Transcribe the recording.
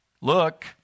Look